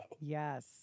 yes